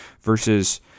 Versus